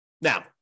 Now